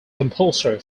compulsory